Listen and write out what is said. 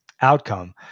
outcome